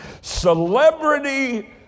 celebrity